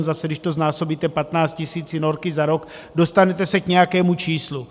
Zase, když to znásobíte 15 tisíci norky za rok, dostanete se k nějakému číslu.